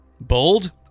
Bold